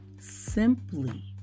Simply